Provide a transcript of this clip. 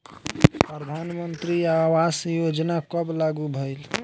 प्रधानमंत्री आवास योजना कब लागू भइल?